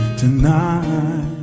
tonight